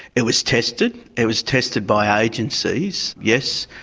it was tested. it was tested by agencies yes,